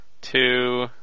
Two